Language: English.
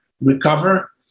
recover